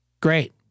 Great